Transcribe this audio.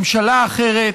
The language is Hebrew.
ממשלה אחרת,